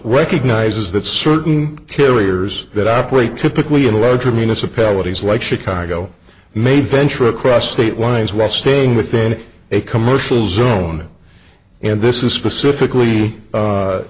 recognizes that certain carriers that operate typically in larger municipalities like chicago may venture across state lines west staying within a commercial zone and this is specifically